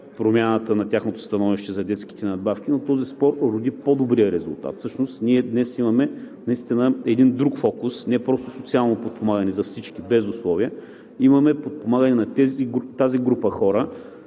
промяната на тяхното становище за детските надбавки, но този спор роди по-добрия резултат. Всъщност ние днес имаме наистина един друг фокус, не просто социално подпомагаме за всички без условия – имаме подпомагане на тази група хора,